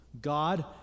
God